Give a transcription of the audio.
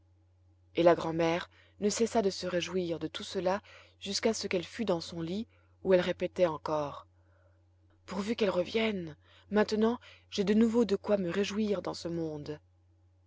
et la grand'mère ne cessa de se réjouir de tout cela jusqu'à ce qu'elle fût dans son lit où elle répétait encore pourvu qu'elle revienne maintenant j'ai de nouveau de quoi me réjouir dans ce monde